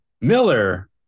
Miller